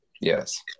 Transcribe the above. Yes